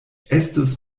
estus